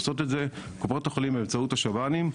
עושות את זה קופות החולים באמצעות השב"נים,